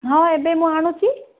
ହଁ ଏବେ ମୁଁ ଆଣୁଛି